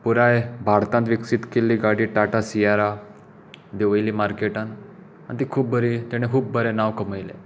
पुराय भारतान विक्सीत केल्ली गाडी टाटा सियारा देंवयली मार्केटांत आनी ती खूब बरी तेणें खूब बरें नांव कमयलें